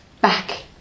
back